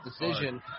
decision